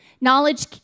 Knowledge